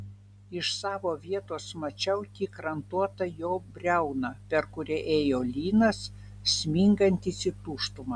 iš savo vietos mačiau tik rantuotą jo briauną per kurią ėjo lynas smingantis į tuštumą